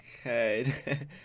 Okay